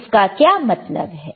उसका क्या मतलब है